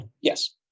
Yes